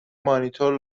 مانیتور